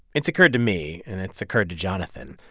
it's occurred to me. and it's occurred to jonathan.